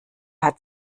hat